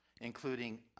including